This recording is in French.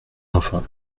enfants